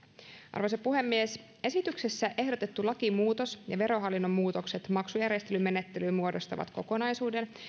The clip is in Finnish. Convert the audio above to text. arvoisa puhemies esityksessä ehdotettu lakimuutos ja verohallinnon muutokset maksujärjestelymenettelyyn muodostavat kokonaisuuden